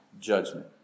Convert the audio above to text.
judgment